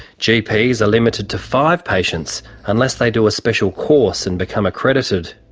gps are limited to five patients unless they do a special course and become accredited.